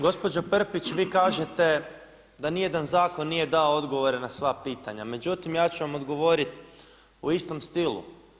Gospođo Prpić vi kažete da ni jedan zakon nije dao odgovore na sva pitanja, međutim ja ću vam odgovoriti u istom stilu.